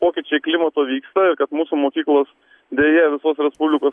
pokyčiai klimato vyksta ir kad mūsų mokyklos deja visos respublikos